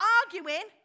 arguing